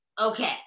Okay